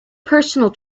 personal